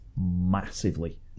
massively